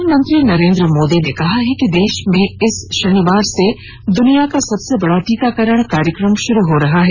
प्रधानमंत्री नरेंद्र मोदी ने कहा है कि देश में इस शनिवार से दुनिया का सबसे बड़ा टीकाकरण कार्यक्रम शुरू हो रहा है